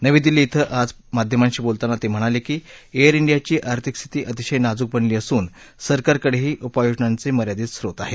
नवी दिल्ली इथं आज माध्यमांशी बोलताना ते म्हणाले की एअर इंडियाची आर्थिक स्थिती अतिशय नाजूक बनली असून सरकारकडेही उपाययोजनांचे मर्यादित स्रोत आहेत